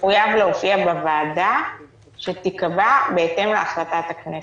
יחויב להופיע בוועדה שתיקבע בהתאם להחלטת הכנסת.